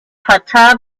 fachada